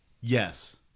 Yes